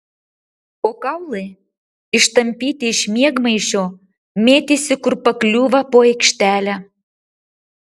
o kaulai ištampyti iš miegmaišio mėtėsi kur pakliūva po aikštelę